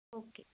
okay